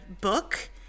book